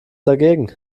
dagegen